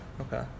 Okay